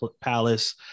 Palace